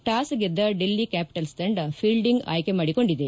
toss ಗೆದ್ದ Delhi Capitals ತಂಡ fielding ಆಯ್ಕೆ ಮಾಡಿಕೊಂಡಿದೆ